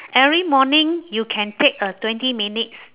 every morning you can take a twenty minutes